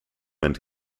and